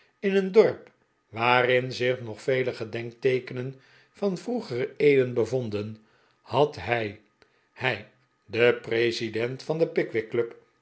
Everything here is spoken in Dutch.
in een dorp waarin zich nog vele gedenkteekenen van vroegere eeuwen bevonden had hij hij de president van de